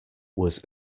was